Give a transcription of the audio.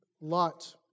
Lot